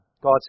God